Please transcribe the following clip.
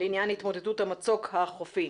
לעניין התמודדות המצוק החופי.